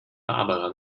barbara